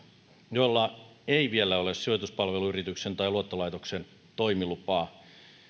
joilla ei vielä ole sijoituspalveluyrityksen tai luottolaitoksen toimilupaa